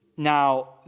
now